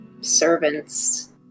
servants